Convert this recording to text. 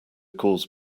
cause